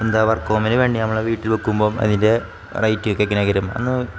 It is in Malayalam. എന്താ വർക്ക് ഹോമിനു വേണ്ടി നമ്മൾ വീട്ടിൽ വെക്കുമ്പം അതിൻ്റെ റേറ്റൊക്കെങ്ങനെ വരും അന്ന്